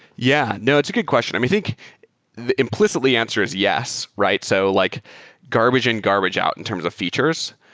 yeah. no. it's a good question. i think the implicitly answer is yes, right? so like garbage-in, garbage-out in terms of features.